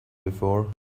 before